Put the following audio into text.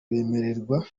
bemererwa